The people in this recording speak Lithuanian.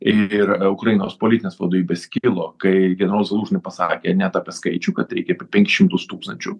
ir ukrainos politinės vadovybės kilo kai generolui zalūžnui pasakė net apie skaičių kad reikėtų penkis šimtus tūkstančių